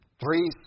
three